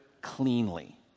cleanly